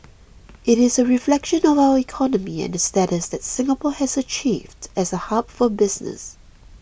it is a reflection of our economy and the status that Singapore has achieved as a hub for business